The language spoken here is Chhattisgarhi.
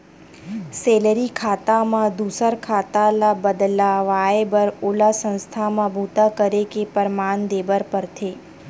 सेलरी खाता म दूसर खाता ल बदलवाए बर ओला संस्था म बूता करे के परमान देबर परथे